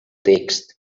text